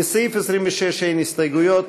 לסעיף 26 אין הסתייגויות,